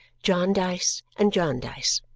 jarndyce and jarndyce